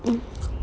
mm